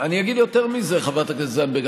אני אגיד יותר מזה, חברת הכנסת זנדברג.